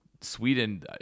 Sweden